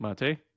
Mate